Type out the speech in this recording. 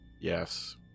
Yes